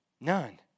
None